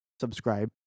subscribe